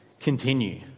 continue